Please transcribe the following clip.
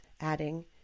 adding